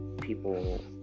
people